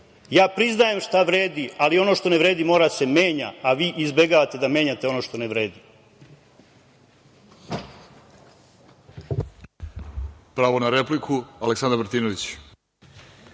Ja priznajem šta vredi, ali ono što ne vredi mora da se menja, a vi izbegavate da menjate ono što ne vredi.